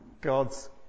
God's